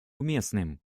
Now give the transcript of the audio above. уместным